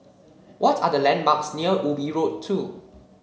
what are the landmarks near Ubi Road Two